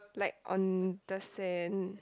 like on the sand